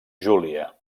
júlia